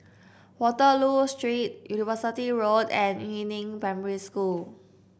Waterloo Street University Road and Yu Neng Primary School